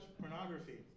pornography